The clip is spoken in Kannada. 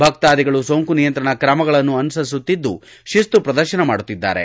ಭಕ್ತಾದಿಗಳು ಸೋಂಕು ನಿಯಂತ್ರಣ ಕ್ರಮಗಳನ್ನು ಅನುಸರಿಸುತ್ತಿದ್ದು ಶಿಸ್ತು ಪ್ರದರ್ಶನ ಮಾಡುತ್ತಿದ್ದಾರೆ